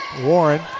Warren